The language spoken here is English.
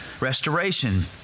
restoration